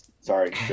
sorry